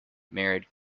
married